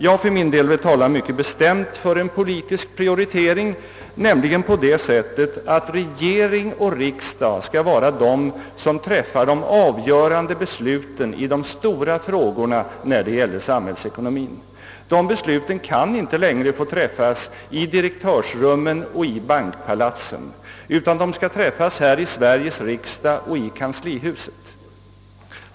Jag vill för min del mycket bestämt tala för en politisk prioritering, nämligen att regering och riksdag skall träffa de avgörande besluten i de stora frågor som rör samhällsekonomien. Sådana beslut kan inte längre få träffas i direktörsrum och i bankpalatsen, utan det skall ske här i Sveriges riksdag och i kanslihuset.